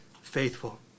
faithful